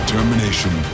Determination